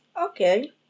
Okay